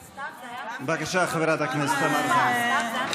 בבקשה, חברת הכנסת תמר זנדברג.